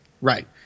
Right